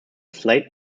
slate